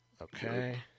Okay